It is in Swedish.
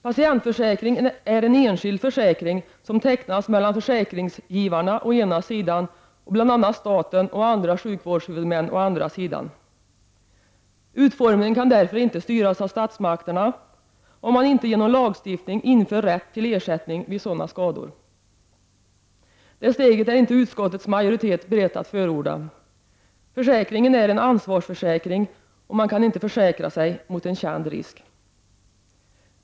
Patientförsäkringen är en enskild försäkring som tecknas mellan försäkringsgivarna å ena sidan och bl.a. staten och andra sjukvårdshuvudmän å andra sidan. Utformningen kan därför inte styras av statsmakterna om man inte genom lagstiftning inför rätt till ersättning vid sådana skador. Det steget är utskottets majoritet inte beredd att förorda. Försäkringen är en ansvarsförsäkring, och man kan inte försäkra sig mot en känd risk.